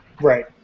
Right